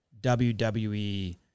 WWE